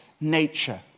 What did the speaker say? nature